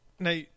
Now